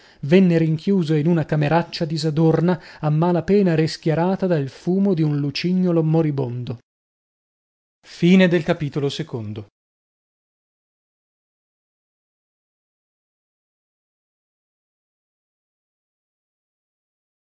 venne rinchiuso in una cameraccia disadorna a mala pena rischiarata dal fumo di un lucignolo moribondo